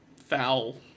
foul